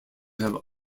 have